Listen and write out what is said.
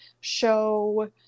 show